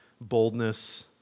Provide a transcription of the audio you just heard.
boldness